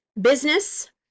business